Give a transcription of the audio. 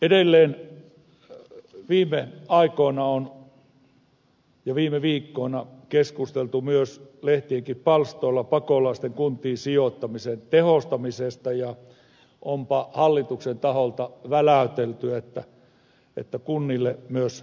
edelleen viime aikoina ja viime viikkoina on keskusteltu myös lehtienkin palstoilla pakolaisten kuntiin sijoittamisen tehostamisesta ja onpa hallituksen taholta väläytelty kunnille myös pakkoa